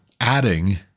adding